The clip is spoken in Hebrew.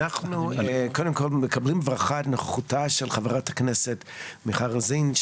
אנחנו קודם כל מקבלים בברכה את נוכחותה של חברת הכנסת מיכל רוזן,